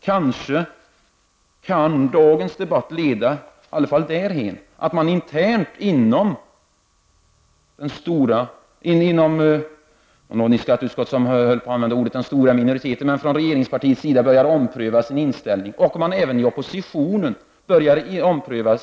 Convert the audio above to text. Kanske kan dagens debatt leda därhän att man inom regeringspartiet — jag höll på att säga den stora minoriteten — omprövar sin inställning liksom att även oppositionen gör det.